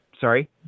Sorry